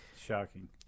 Shocking